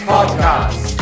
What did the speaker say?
Podcast